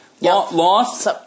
lost